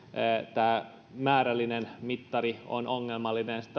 tämä määrällinen mittari on ongelmallinen